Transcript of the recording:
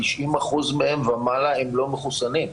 90% ומעלה מהם לא מחוסנים.